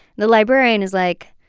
the librarian is like,